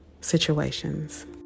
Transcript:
situations